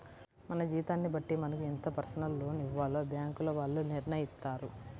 మన జీతాన్ని బట్టి మనకు ఎంత పర్సనల్ లోన్ ఇవ్వాలో బ్యేంకుల వాళ్ళు నిర్ణయిత్తారు